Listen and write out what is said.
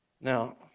now